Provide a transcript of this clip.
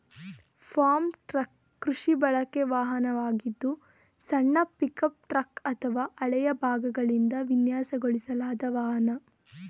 form truck ಕೃಷಿ ಬಳಕೆ ವಾಹನವಾಗಿದ್ದು ಸಣ್ಣ ಪಿಕಪ್ ಟ್ರಕ್ ಅಥವಾ ಹಳೆಯ ಭಾಗಗಳಿಂದ ವಿನ್ಯಾಸಗೊಳಿಸಲಾದ ವಾಹನ